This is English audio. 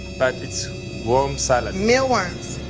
but it's worm salad. mealworms.